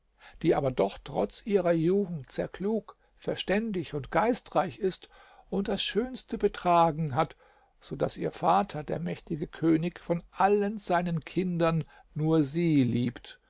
die aber doch trotz ihrer jugend sehr klug verständig und geistreich ist und das schönste betragen hat so daß ihr vater der mächtige könig von allen seinen kindern nur sie liebt